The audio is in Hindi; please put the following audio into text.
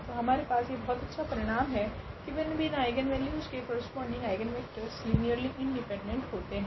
तो हमारे पास यह बहुत अच्छा परिणाम है कि भिन्न भिन्न आइगनवेल्यूस के करस्पोंडिंग आइगनवेक्टरस लीनियरली इंडिपेंडेंट होते है